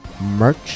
merch